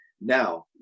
Now